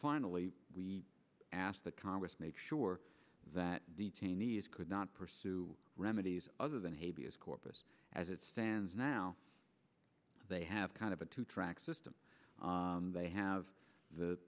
finally we asked the congress make sure that detainees could not pursue remedies other than a b s corpus as it stands now they have kind of a two track system they have the